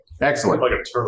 Excellent